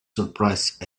surprised